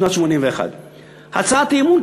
שנת 1981. הצעת אי-אמון,